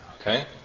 okay